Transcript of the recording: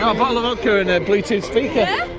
ah bottle of vodka and a bluetooth speaker. yeah.